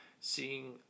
seeing